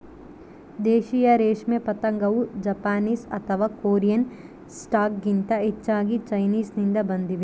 ದೇಶೀಯ ರೇಷ್ಮೆ ಪತಂಗವು ಜಪಾನೀಸ್ ಅಥವಾ ಕೊರಿಯನ್ ಸ್ಟಾಕ್ಗಿಂತ ಹೆಚ್ಚಾಗಿ ಚೈನೀಸ್ನಿಂದ ಬಂದಿದೆ